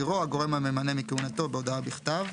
הגורם הממנה לא יפסיק את כהונתו של